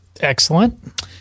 Excellent